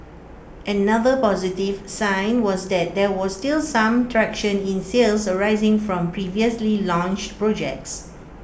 another positive sign was that there was still some traction in sales arising from previously launched projects